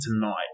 tonight